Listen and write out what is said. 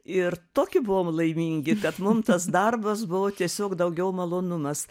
ir tokie buvom laimingi kad mum tas darbas buvo tiesiog daugiau malonumas